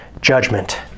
judgment